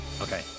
Okay